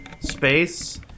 space